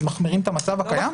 מחמירים את המצב הקיים?